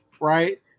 right